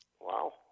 Wow